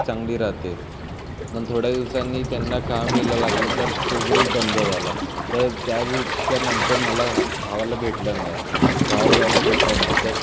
चांगली राहाते पण थोड्या दिवसांनी त्यांना काम यायला लागलं तर तो ग्रुप बंद झाला तर त्या ग्रुपच्या नंतर मला धावायला भेटलं नाही धावायला जायला भेटलं नाही तर